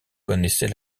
connaissait